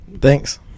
Thanks